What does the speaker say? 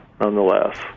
nonetheless